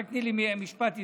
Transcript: רק תני לי משפט איתו.